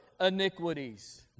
iniquities